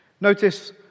notice